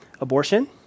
Abortion